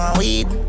weed